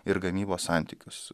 ir gamybos santykius